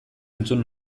entzun